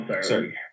sorry